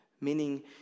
meaning